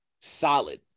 solid